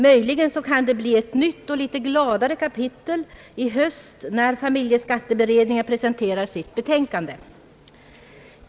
Möjligen blir det ett nytt och litet gladare kapitel i höst, när familjeskatteberedningen presenterar sitt betänkande.